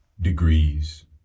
degrees